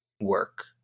work